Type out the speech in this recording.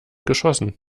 geschossen